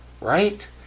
right